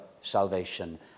salvation